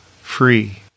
free